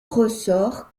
ressort